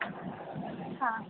ಹಾಂ